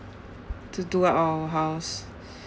to do up our house